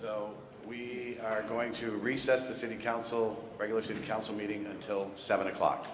we are going to recess the city council regular city council meeting until seven o'clock